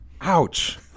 Ouch